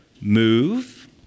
Move